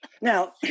Now